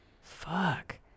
Fuck